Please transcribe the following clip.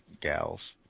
gals